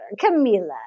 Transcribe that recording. Camila